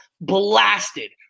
blasted